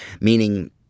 meaning